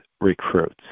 recruits